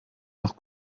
noch